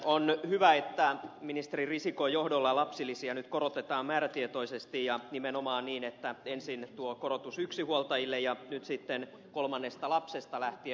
on hyvä että ministeri risikon johdolla lapsilisiä nyt korotetaan määrätietoisesti ja nimenomaan niin että ensin tuo korotus yksinhuoltajille ja nyt sitten kolmannesta lapsesta lähtien